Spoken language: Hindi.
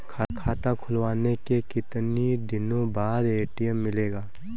खाता खुलवाने के कितनी दिनो बाद ए.टी.एम मिलेगा?